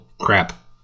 crap